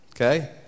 Okay